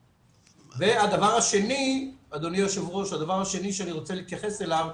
הדבר השני אדוני היו"ר, שאני רוצה להתייחס אליו,